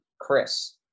Chris